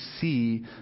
see